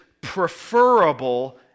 preferable